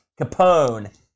capone